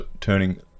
turning